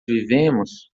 vivemos